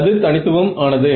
அது தனித்துவம் ஆனது